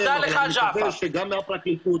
אבל אני מבקש שגם מהפרקליטות,